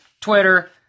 Twitter